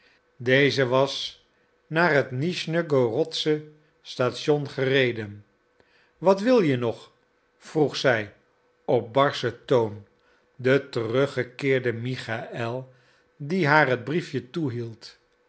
deze was naar het nischnegorodsche station gereden wat wil je nog vroeg zij op barschen toon den teruggekeerden michaël die haar het briefje toehield